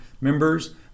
members